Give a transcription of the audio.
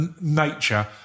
nature